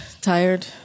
tired